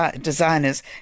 designers